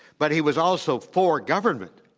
but he was also for government.